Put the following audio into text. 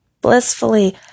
blissfully